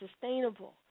sustainable